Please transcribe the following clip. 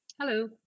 Hello